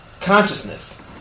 consciousness